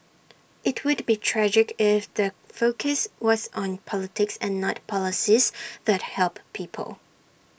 IT would be tragic if the focus was on politics and not policies that help people